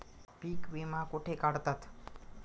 पीक विमा कुठे काढतात?